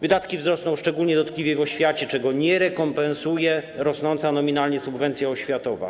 Wydatki wzrosną szczególnie dotkliwie w oświacie, czego nie rekompensuje rosnąca nominalnie subwencja oświatowa.